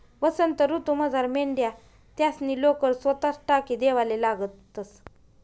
वसंत ऋतूमझार मेंढ्या त्यासनी लोकर सोताच टाकी देवाले लागतंस